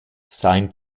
sein